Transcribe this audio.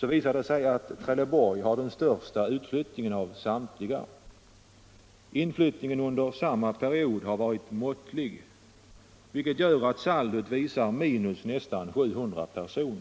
visar det sig att Trelleborg har den största utflyttningen av samtliga. Inflyttningen under samma period har varit måttlig, varför saldot blir ett minus på nästan 700 personer.